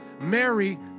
Mary